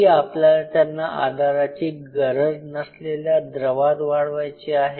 की आपल्याला त्यांना आधाराची गरज नसलेल्या द्रवात वाढवायचे आहे